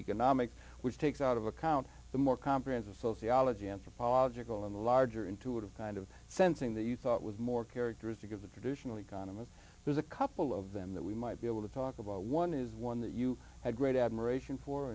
economics which takes out of account the more comprehensive sociology anthropology go on the larger intuitive kind of sensing that you thought was more characteristic of the traditional economists there's a couple of them that we might be able to talk about one is one that you had great admiration for